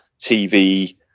tv